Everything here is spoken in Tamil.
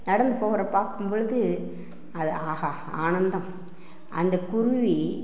நடந்து போகிற பார்க்கும் பொழுது அதை ஆஹா ஆனந்தம் அந்த குருவி